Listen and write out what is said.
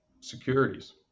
Securities